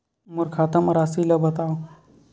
मोर खाता म राशि ल बताओ?